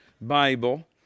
Bible